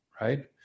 right